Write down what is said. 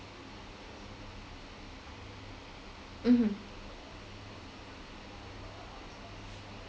mmhmm